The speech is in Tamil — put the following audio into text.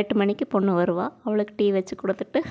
எட்டு மணிக்கு பொண்ணு வருவாள் அவளுக்கு டீ வச்சு கொடுத்துட்டு